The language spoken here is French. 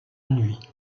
nuit